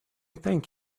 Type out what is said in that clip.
thank